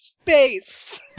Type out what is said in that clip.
space